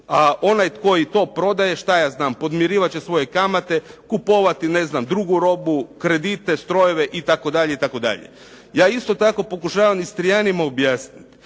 a onaj koji to prodaje, šta ja znam, podmirivati će svoje kamate, kupovati ne znam drugu robu, kredite, strojeve itd., itd.. Ja isto tako pokušavam Istrijanima objasniti,